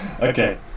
Okay